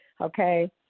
okay